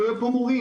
לא יהיו פה מורים.